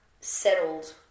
settled